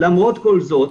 למרות כל זאת,